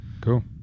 Cool